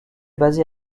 basé